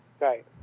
Right